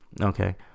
Okay